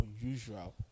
unusual